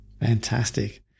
Fantastic